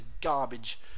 garbage